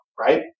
right